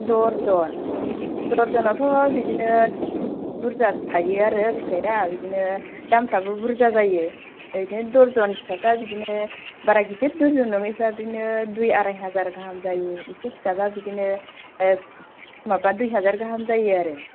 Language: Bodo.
दरजन दरजनआवथ' बिदिनो बुर्जा थाइयो आरो फिथाइया बिदिनो दामफ्राबो बुर्जा जायो बिदिनो दरजन फिसाफ्रा बिदिनो बारा गिदिर दर जन नङैफ्रा बिदिनो दुइ आराय हाजार गाहाम जायो एसे फिसाबा बिदिनो माबा दुइ हाजार गाहाम जायो आरो